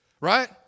right